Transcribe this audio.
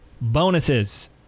bonuses